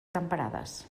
temperades